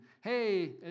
Hey